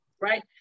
right